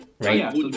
Right